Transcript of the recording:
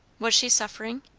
was she suffering?